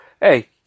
hey